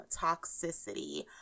Toxicity